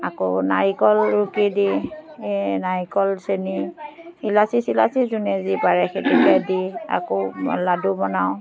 আকৌ নাৰিকল ৰুকি দি এই নাৰিকল চেনি ইলাচি চিলাচি যোনে যি পাৰে সেইকেইটা দি আকৌ লাডু বনাওঁ